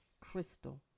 Crystal